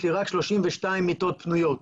יש לי רק 32 מיטות פנויות.